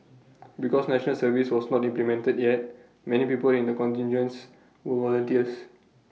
because National Service was not implemented yet many people in the contingents were volunteers